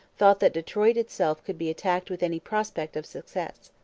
thought that detroit itself could be attacked with any prospect of success.